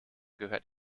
gehört